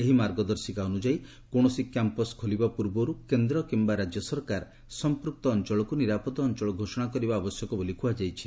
ଏହି ମାର୍ଗଦର୍ଶିକା ଅନୁଯାୟୀ କୌଣସି କ୍ୟାମ୍ପସ୍ ଖୋଲିବା ପୂର୍ବରୁ କେନ୍ଦ୍ର କିମ୍ବା ରାଜ୍ୟ ସରକାର ସମ୍ପୃକ୍ତ ଅଞ୍ଚଳକୁ ନିରାପଦ ଅଞ୍ଚଳ ଘୋଷଣା କରିବା ଆବଶ୍ୟକ ବୋଲି କୁହାଯାଇଛି